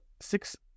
six